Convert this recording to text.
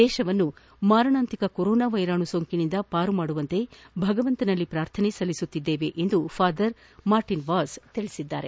ದೇಶವನ್ನು ಮಾರಣಾಂತಿಕ ಕೊರೊನಾ ವೈರಾಣು ಸೋಂಕಿನಿಂದ ಪಾರು ಮಾಡುವಂತೆ ಭಗವಂತನಲ್ಲಿ ಪಾರ್ಥನೆ ಸಲ್ಲಿಸುತ್ತಿದ್ಲೇವೆ ಎಂದು ಫಾದರ್ ಮಾರ್ಟನ್ ವಾಜ್ ತಿಳಿಸಿದರು